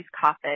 coffee